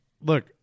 Look